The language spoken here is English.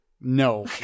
No